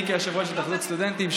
אני כיושב-ראש התאחדות סטודנטים,